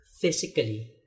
physically